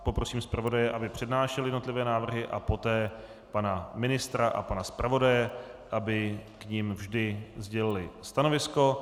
Poprosím zpravodaje, aby přednášel jednotlivé návrhy, a poté pana ministra a pana zpravodaje, aby k nim vždy sdělili stanovisko.